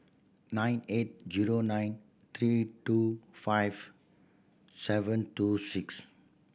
nine eight zero nine three two five seven two six